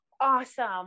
awesome